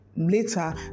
later